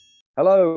Hello